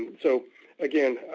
so again,